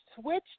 switched